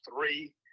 three